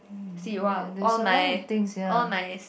see !wow! all my all nice